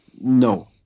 no